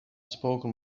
spoken